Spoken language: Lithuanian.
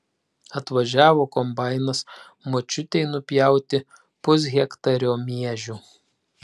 atvažiavo kombainas močiutei nupjauti pushektario miežių